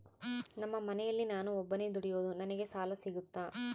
ನಮ್ಮ ಮನೆಯಲ್ಲಿ ನಾನು ಒಬ್ಬನೇ ದುಡಿಯೋದು ನನಗೆ ಸಾಲ ಸಿಗುತ್ತಾ?